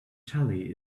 tully